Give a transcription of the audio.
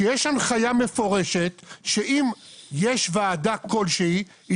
שיש הנחיה מפורשת שאם יש ועדה כלשהי היא